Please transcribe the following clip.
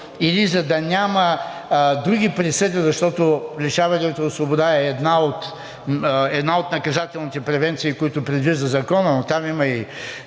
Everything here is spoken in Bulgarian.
или за да няма други присъди, защото лишаването от свобода е една от наказателните превенции, които предвижда законът, но там има и